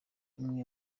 imwe